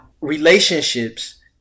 relationships